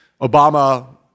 Obama